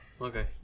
Okay